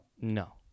no